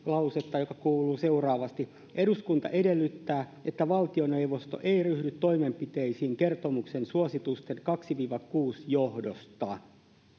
joka kuuluu seuraavasti eduskunta edellyttää että valtioneuvosto ei ryhdy toimenpiteisiin kertomuksen suositusten kaksi viiva kuusi johdosta